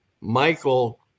Michael